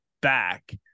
back